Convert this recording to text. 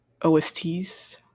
OSTs